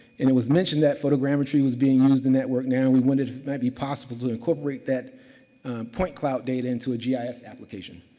and it was mentioned that photogrammetry was being um used in network. now, we wondered it might be possible to incorporate that point cloud data into a gis application.